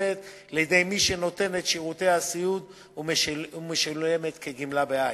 המשולמת לידי מי שנותן את שירותי הסיעוד ומשולמת כגמלה בעין.